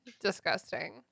Disgusting